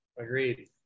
Agreed